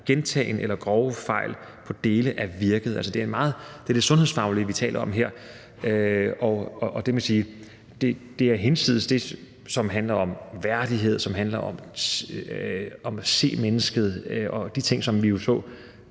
gentagne eller grove fejl i dele af virket. Altså, det er det sundhedsfaglige, vi taler om her, og det kan man sige er hinsides det, som handler om værdighed, og som handler om at se mennesket og de ting, som vi jo